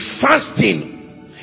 fasting